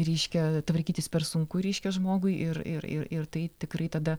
reiškia tvarkytis per sunku reiškia žmogui ir ir ir ir tai tikrai tada